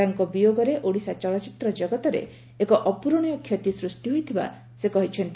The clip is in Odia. ତାଙ୍କ ବିୟୋଗରେ ଓଡ଼ିଶା ଚଳଚ୍ଚିତ୍ର ଜଗତରେ ଏକ ଅପୂରଣୀୟ ଷତି ସୃଷ୍କି ହୋଇଥିବା ସେ କହିଛନ୍ତି